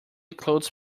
clothes